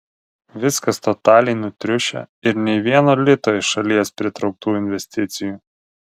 viskas totaliai nutriušę ir nei vieno lito iš šalies pritrauktų investicijų